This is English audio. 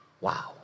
Wow